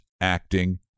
acting